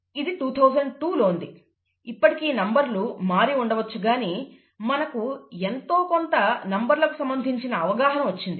ఇది 2002 లోది ఇప్పటికి ఈ నంబర్లు మారి ఉండవచ్చు గానీ మనకు ఎంతోకొంత నంబర్లకు సంబంధించి అవగాహన వచ్చింది